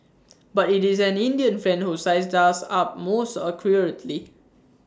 but IT is an Indian friend who sized us up most accurately